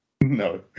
no